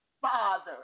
father